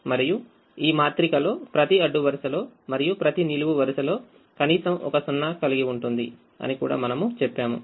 మరియు ఈ మాత్రికలో ప్రతి అడ్డు వరుసలో మరియుప్రతి నిలువు వరుసలోకనీసం ఒక 0 కలిగి ఉంటుంది అని కూడామనము చెప్పాము